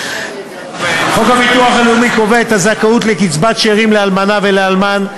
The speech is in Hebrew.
חוק הביטוח הלאומי קובע את הזכאות לקצבת שאירים לאלמנה ולאלמן,